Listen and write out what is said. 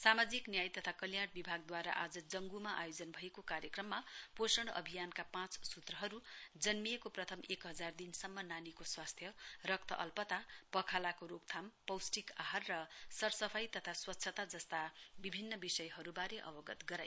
सामाजिक न्याय तथा कल्याण विभागद्वारा आज जंग्मा आयोजन भएको कार्यक्रममा पोषण अभियानका पाँच सूत्रहरू जन्मिएको प्रथम एक हजार दिनसम्म नानीको स्वास्थ्य रक्त अल्पता पखालाको रोकथाम पौष्टिक आहार र सरसफाई तथा स्वच्छता जस्ता विभिन्न विषयहरूबारे अवगत गरियो